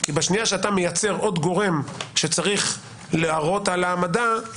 כי בשנייה שאתה מייצר עוד גורם שצריך להורות על העמדה,